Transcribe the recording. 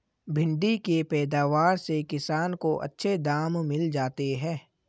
भिण्डी के पैदावार से किसान को अच्छा दाम मिल जाता है